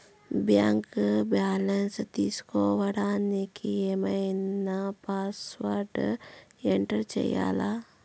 Bank balance తెలుసుకోవడానికి ఏమన్నా password enter చేయాలా?